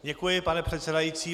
Děkuji, pane předsedající.